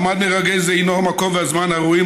מעמד מרגש זה הוא המקום והזמן הראויים